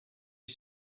you